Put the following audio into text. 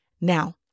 Now